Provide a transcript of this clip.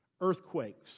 Earthquakes